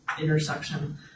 intersection